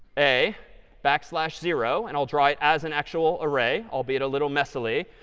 a backslash zero. and i'll try it as an actual array, albeit a little messily.